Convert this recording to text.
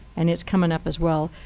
and it's coming up as well,